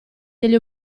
degli